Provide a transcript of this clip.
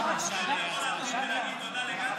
אתה יכול להתחיל בלהגיד תודה לגדי,